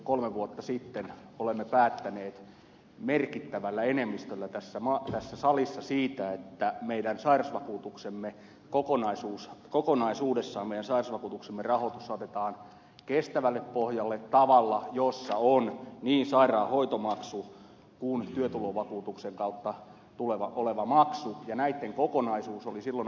kolme vuotta sitten olemme päättäneet merkittävällä enemmistöllä tässä salissa siitä että kokonaisuudessaan meidän sairausvakuutuksemme rahoitus saatetaan kestävälle pohjalle tavalla jossa on niin sairaanhoitomaksu kuin työtulovakuutuksen kautta oleva maksu ja näitten kokonaisuus oli silloin arvioitavanakin täällä